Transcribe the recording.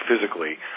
physically